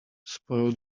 spoil